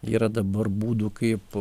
yra dabar būdų kaip